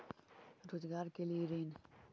रोजगार के लिए ऋण?